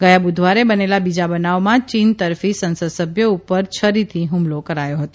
ગયા બુધવારે બનેલા બીજા બનાવમાં ચીન તરફી સંસદસભ્ય ઉપર છરીથી હુમલો કરાયો હતો